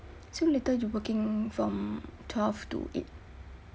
so later you working from twelve to eight